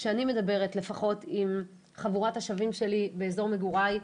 כשאני מדברת לפחות עם חבורת השווים שלי באזורי מגורי,